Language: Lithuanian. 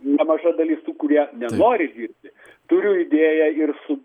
nemaža dalis tų kurie nenori dirbti turiu idėją ir su